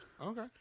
Okay